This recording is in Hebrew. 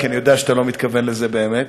כי אני יודע שאתה לא מתכוון לזה באמת.